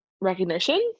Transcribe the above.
recognition